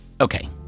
Okay